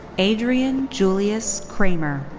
adrian julius kramer.